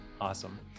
Awesome